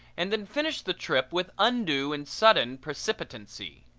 and then finished the trip with undue and sudden precipitancy.